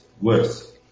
worse